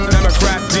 Democrat